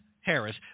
Harris